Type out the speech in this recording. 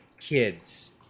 kids